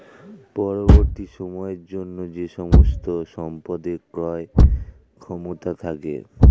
পরবর্তী সময়ের জন্য যে সমস্ত সম্পদের ক্রয় ক্ষমতা থাকে